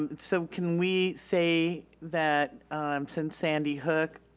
and so can we say that since sandy hook,